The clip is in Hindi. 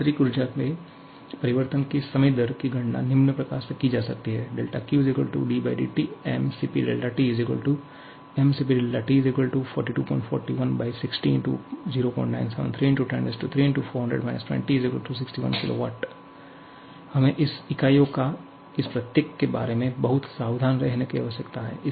आंतरिक ऊर्जा के परिवर्तन की समय दर की गणना निम्न प्रकार से की जा सकती है 𝛿𝑄̇ ddt mCpTmCp𝛥𝑇424160 x 0973 × 103 × 400 − 20 261 𝑘𝑊 हमें इस इकाइयों या इस प्रत्यय के बारे में बहुत सावधान रहने की आवश्यकता है